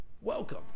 welcome